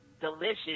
delicious